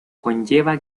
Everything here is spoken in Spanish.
conlleva